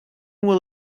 will